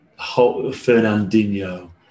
Fernandinho